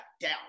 down